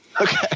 Okay